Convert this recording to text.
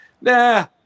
nah